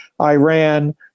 Iran